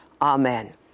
amen